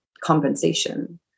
compensation